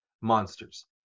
monsters